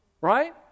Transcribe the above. right